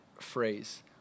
phrase